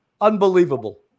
Unbelievable